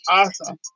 awesome